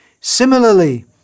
Similarly